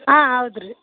ಹಾಂ ಹೌದು ರೀ